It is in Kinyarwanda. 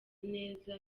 neza